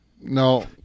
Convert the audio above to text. No